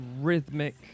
rhythmic